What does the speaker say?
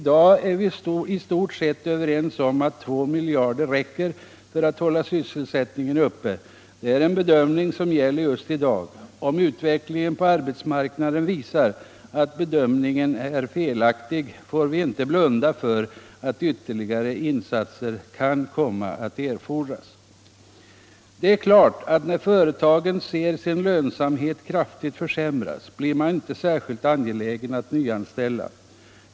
Nu är vi i stort sett överens om att 2 miljarder kronor räcker för att hålla sysselsättningen uppe. Det är en bedömning som gäller just i dag. Om utvecklingen på arbetsmarknaden visar att bedömningen är felaktig, får vi inte blunda för att ytterligare insatser kan komma att erfordras. När företagen ser sin lönsamhet kraftigt försämras, är det klart att man inte blir särskilt angelägen att nyanställa.